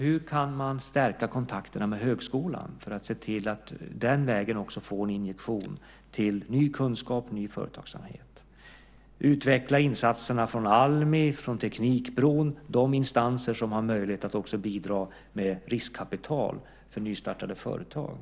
Hur kan man stärka kontakterna med högskolan för att se till att den vägen få en injektion till ny kunskap och ny företagsamhet? Hur kan man utveckla insatserna från Almi och Teknikbron, de instanser som har möjlighet att bidra med riskkapital för nystartade företag?